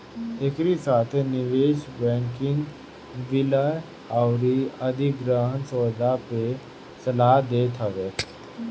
एकरी साथे निवेश बैंकिंग विलय अउरी अधिग्रहण सौदा पअ सलाह देत हवे